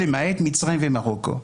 למעט מצרים ומרוקו?